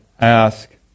ask